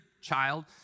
child